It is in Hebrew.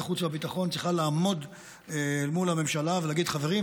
ועדת החוץ והביטחון צריכה לעמוד אל מול הממשלה ולהגיד: חברים,